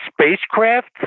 spacecraft